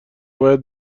باید